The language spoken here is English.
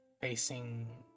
facing